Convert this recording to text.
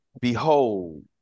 behold